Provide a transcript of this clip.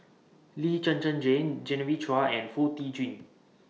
Lee Zhen Zhen Jane Genevieve Chua and Foo Tee Jun